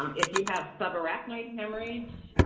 um if you have subarachnoid hemorrhage,